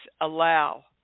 allow